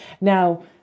Now